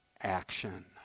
action